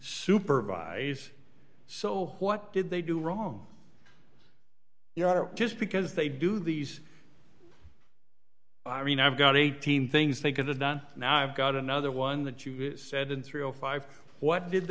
supervise so what did they do wrong you know just because they do these i mean i've got eighteen things they could have done now i've got another one that you said in three or five what did